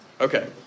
Okay